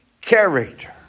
character